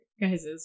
guys